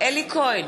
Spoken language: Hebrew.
אלי כהן,